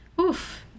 oof